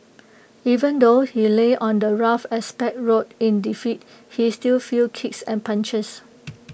even though he lay on the rough asphalt road in defeat he still felt kicks and punches